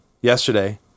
yesterday